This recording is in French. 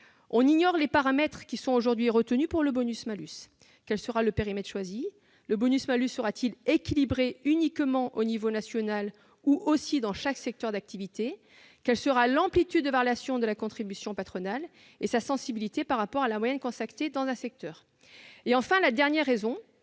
ignore les paramètres qui seront retenus pour le bonus-malus. Quel sera le périmètre choisi ? Le bonus-malus sera-t-il équilibré uniquement à l'échelon national ou aussi dans chaque secteur d'activité ? Quelle sera l'amplitude de variation de la contribution patronale et sa sensibilité par rapport à la moyenne constatée dans un secteur ? Enfin, la troisième